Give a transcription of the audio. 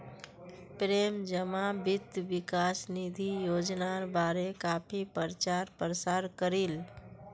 प्रेम जमा वित्त विकास निधि योजनार बारे काफी प्रचार प्रसार करील